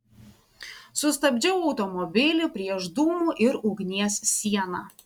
sustabdžiau automobilį prieš dūmų ir ugnies sieną